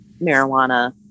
marijuana